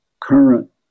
current